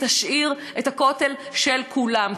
ותשאיר את הכותל של כולם,